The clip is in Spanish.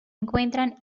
encuentra